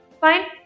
Fine